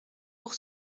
pour